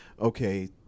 okay